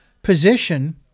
position